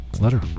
letter